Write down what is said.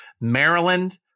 Maryland